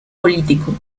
político